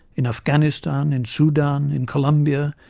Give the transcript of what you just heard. in afghanistan, in sudan, in columbia,